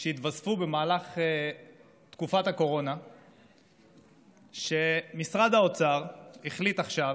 שהתווספו במהלך תקופה הקורונה שמשרד האוצר החליט עכשיו